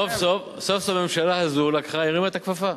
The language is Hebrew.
סוף-סוף הממשלה הזאת הרימה את הכפפה.